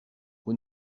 vous